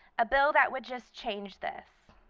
a bill that would just change this.